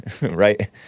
right